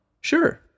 Sure